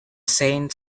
saint